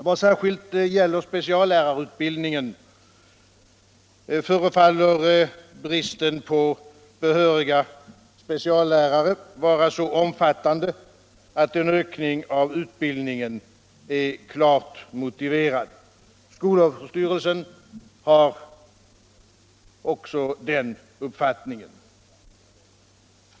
Vad särskilt gäller speciallärarutbildningen förefaller bristen på behöriga speciallärare vara så omfattande att en ökning av utbildningen är klart motiverad. Skolöverstyrelsen har också den uppfattningen.